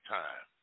time